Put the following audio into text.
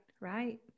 right